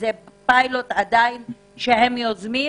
זה פיילוט שהם יוזמים,